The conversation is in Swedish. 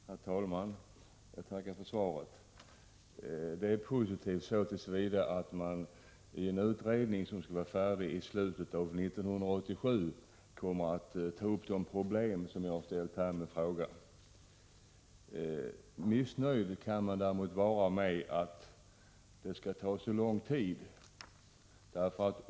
Herr talman! Jag tackar för svaret. Det är positivt så till vida att de problem som jag har aktualiserat i min fråga kommer att tas upp i en utredning som skall vara färdig i slutet av 1987. Jag är däremot missnöjd med att det skall ta så lång tid.